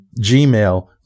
Gmail